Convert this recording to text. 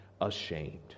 ashamed